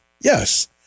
Yes